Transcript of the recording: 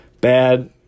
bad